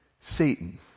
Satan